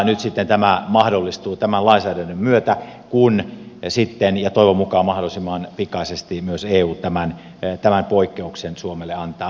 nyt tämä mahdollistuu tämän lainsäädännön myötä kun sitten ja toivon mukaan mahdollisimman pikaisesti myös eu tämän poikkeuksen suomelle antaa